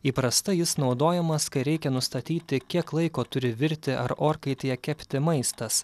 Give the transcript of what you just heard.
įprastai jis naudojamas kai reikia nustatyti kiek laiko turi virti ar orkaitėje kepti maistas